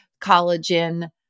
Collagen